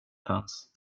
fanns